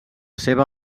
seva